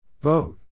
Vote